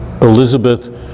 Elizabeth